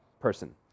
person